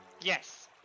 Yes